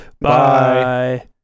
bye